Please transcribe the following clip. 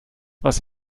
was